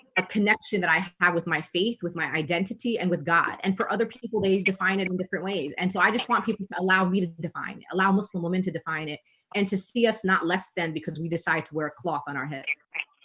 ah connection that i have with my faith with my identity and with god and for other people they define it in different ways and so i just want people to allow me to define allow muslim women to define it and to see us not less than because we decide to wear a cloth on our head